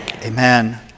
Amen